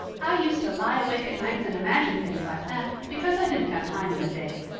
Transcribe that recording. i used to lie awake at nights and imagine things like that, because i didn't have time in the day.